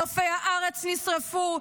נופי הארץ נשרפו,